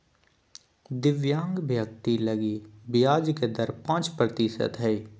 दिव्यांग व्यक्ति लगी ब्याज के दर पांच प्रतिशत हइ